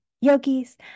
yogis